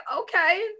okay